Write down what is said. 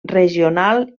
regional